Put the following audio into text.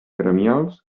gremials